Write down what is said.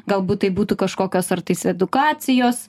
galbūt tai būtų kažkokios ar tais edukacijos